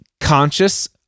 Conscious